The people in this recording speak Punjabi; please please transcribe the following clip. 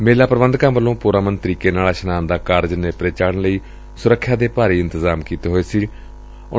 ਮੇਲਾ ਪ੍ਰਬੰਧਕਾਂ ਵੱਲੋਂ ਪੁਰਅਮਨ ਤਰੀਕੇ ਨਾਲ ਇਸ਼ਨਾਨ ਦਾ ਕਾਰਜ ਨੇਪਰੇ ਚਾੜੁਨ ਲਈ ਸੁਰੱਖਿਆ ਦੇ ਭਾਰੀ ਇੰਤਜ਼ਾਮ ਕੀਤੇ ਹੋਏ ਸਨ